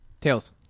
Tails